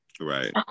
right